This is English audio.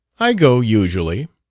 i go usually.